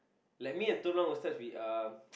like me and Telok-Blangah ustad we are